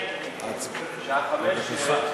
אני מייד מודיע, ברשותך.